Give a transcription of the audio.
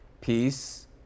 peace